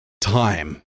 time